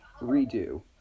Redo